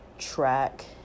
track